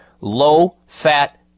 low-fat